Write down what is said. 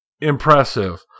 Impressive